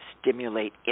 stimulate